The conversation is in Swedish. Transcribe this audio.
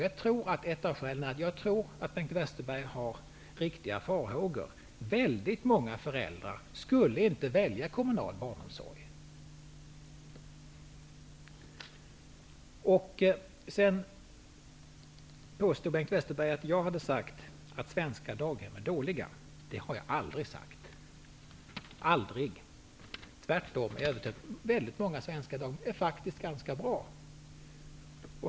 Jag tror att Bengt Westerberg har riktiga farhågor. Väldigt många föräldrar skulle inte välja kommunal barnomsorg. Bengt Westerberg påstår också att jag har sagt att svenska daghem är dåliga. Det har jag aldrig sagt! Aldrig! Tvärtom! Väldigt många svenska daghem är faktiskt ganska bra.